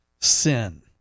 sin